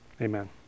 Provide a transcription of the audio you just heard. Amen